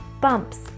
bumps